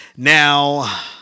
now